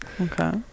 Okay